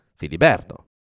Filiberto